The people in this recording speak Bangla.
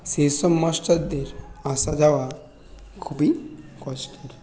সেইসব মাস্টারদের আসা যাওয়া খুবই কষ্টের